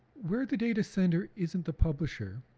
where the data sender isn't the publisher,